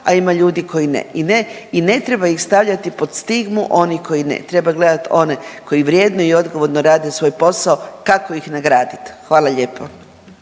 a ima ljudi koji ne i ne, ne treba ih stavljati pod stignu onih koji ne, treba gledati one koji vrijedno i odgovorno rade svoj posao kako ih nagradit. Hvala lijepo.